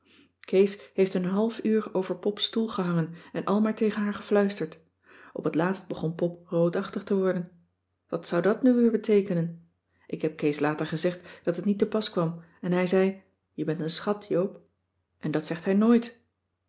kees heeft een half uur over pops stoel gehangen en al maar tegen haar gefluisterd op t laatst begon pop roodachtig te worden wat zou dat nu weer beteekenen ik heb kees later gezegd dat het niet te pas kwam en hij zei je bent een schat joop en dat zegt hij nooit